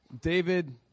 David